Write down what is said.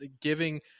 giving